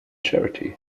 charity